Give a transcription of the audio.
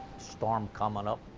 storm comin' up.